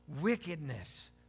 wickedness